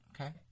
Okay